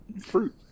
Fruit